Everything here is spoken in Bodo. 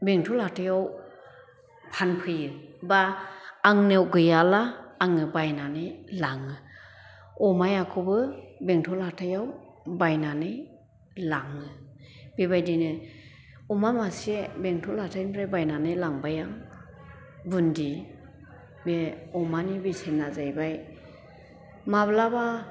बेंटल हाथाइआव फानफैयो बा आंनाव गैयाला आङो बायनानै लाङो अमायाखौबो बेंटल हाथायाव बायनानै लाङो बेबायदिनो अमा मासे बेंटल हाथाइनिफ्राइ बायनानै लांबाय आं बुन्दि बे अमानि बेसेना जाहैबाय माब्लाबा